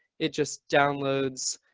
it just downloads.